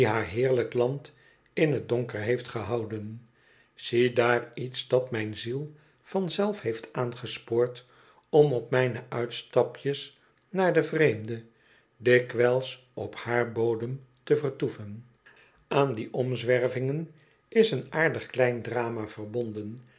heerlijk land in t donker heeft gehouden ziedaar iets dat mijn ziel vanzelf heeft aangespoord om op mijne uitstapjes naar den vreemde dikwijls op haar bodem te vertoeven aan die onzwervingen is een aardig klein drama verbonden